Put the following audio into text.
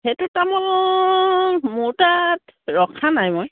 সেইটো তামোল মোৰ তাত ৰখা নাই মই